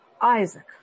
Isaac